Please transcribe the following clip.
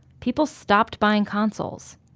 people stopped buying consoles.